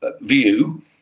view